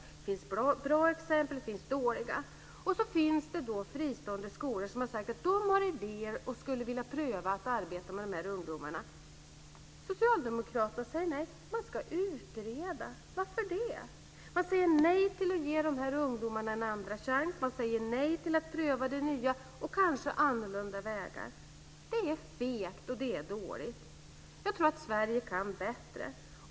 Det finns bra exempel, och det finns dåliga. Och så finns det fristående skolor som har sagt att de har idéer och skulle vilja pröva att arbeta med de här ungdomarna. Socialdemokraterna säger nej. Man ska utreda detta. Varför det? Man säger nej till att ge de här ungdomarna en andra chans, man säger nej till att pröva det nya och kanske annorlunda vägar. Det är fegt, och det är dåligt. Jag tror att Sverige kan bättre.